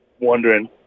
wondering